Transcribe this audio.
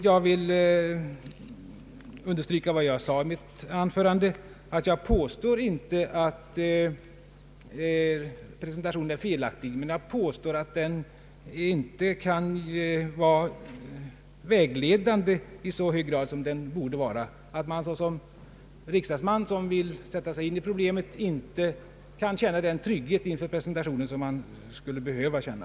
Jag vill understryka vad jag sade i mitt anförande. Jag påstår inte att presentationen är felaktig, men jag påstår att den inte kan vara vägledande i så hög grad som den borde vara. En riksdagsman som vill sätta sig in i problemet kan inte känna den trygghet inför presentationen som man skulle behöva känna.